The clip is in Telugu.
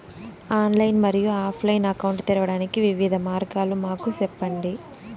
ఆన్లైన్ మరియు ఆఫ్ లైను అకౌంట్ తెరవడానికి వివిధ మార్గాలు మాకు సెప్పండి?